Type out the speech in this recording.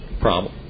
problem